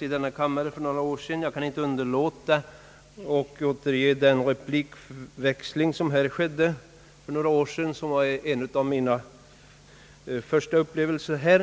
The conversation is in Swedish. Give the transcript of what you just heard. i denna kammare för några år sedan. Jag kan inte underlåta att återge den replikväxling som då skedde. Det var en av mina första upplevelser i riksdagen.